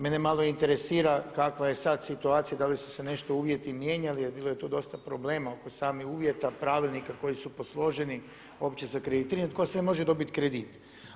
Mene malo interesira kakva je sada situacija, da li su se nešto uvjeti mijenjali jer bilo je tu dosta problema oko samih uvjeta, pravilnika koji su posloženi uopće sa kreditiranjem tko sve može dobiti kredit.